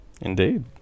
Indeed